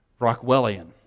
Rockwellian